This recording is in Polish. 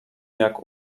jak